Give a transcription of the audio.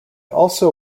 also